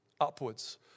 upwards